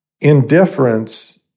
Indifference